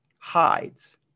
hides